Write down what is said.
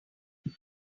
now